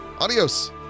Adios